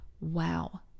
Wow